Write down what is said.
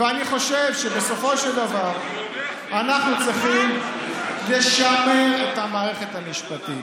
אני חושב שבסופו של דבר אנחנו צריכים לשמר את המערכת המשפטית.